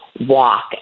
walk